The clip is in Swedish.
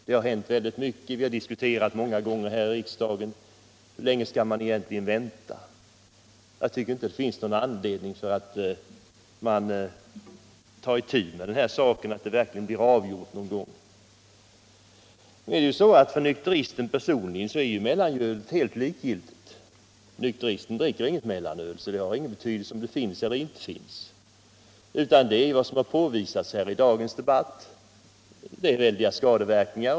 Det har hänt väldigt mycket. Vi har under lång tid här i riksdagen diskuterat frågan hur länge man egentligen skall vänta. Jag tycker att det finns anledning att ta itu med saken, så att frågan verkligen blir avgjord någon gång. För nykteristen personligen är mellanölet helt likgiltigt. Nykteristen dricker inget mellanöl, så det har ingen betydelse om det finns eller inte finns. Vad som påvisats i dagens debatt är att det blir väldiga skadeverkningar.